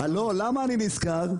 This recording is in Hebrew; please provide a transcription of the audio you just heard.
למה אני נזכר?